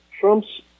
Trump's